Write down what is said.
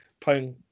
playing